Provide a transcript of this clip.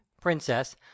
Princess